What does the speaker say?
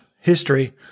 history